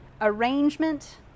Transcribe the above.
Arrangement